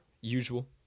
usual